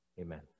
Amen